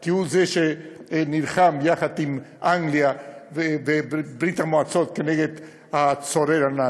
כי הוא זה שנלחם יחד עם אנגליה וברית-המועצות נגד הצורר הנאצי.